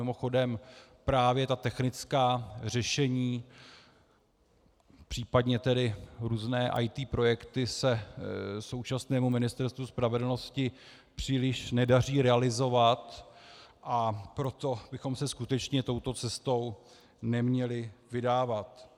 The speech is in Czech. Mimochodem právě ta technická řešení, případně různé IT projekty, se současnému Ministerstvu spravedlnosti příliš nedaří realizovat, a proto bychom se skutečně touto cestou neměli vydávat.